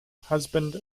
husband